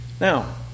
Now